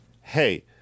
hey